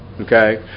Okay